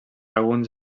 alguns